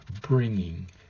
bringing